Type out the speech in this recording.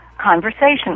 conversation